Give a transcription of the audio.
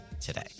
today